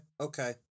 okay